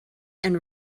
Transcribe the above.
and